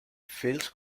fields